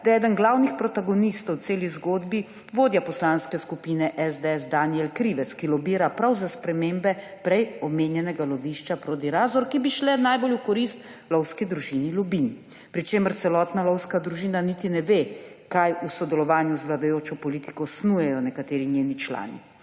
da je eden glavnih protagonistov v celi zgodbi vodja Poslanske skupine SDS Danijel Krivec, ki lobira prav za spremembe prej omenjenega lovišča Prodi-Razor, ki bi šle najbolj v korist lovski družini Lubin, pri čemer celotna lovska družina niti ne ve, kaj v sodelovanju z vladajočo politiko snujejo nekateri njeni člani.